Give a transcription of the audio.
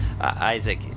Isaac